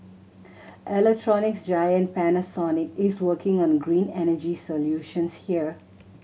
electronics giant Panasonic is working on green energy solutions here